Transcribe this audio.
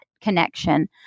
connection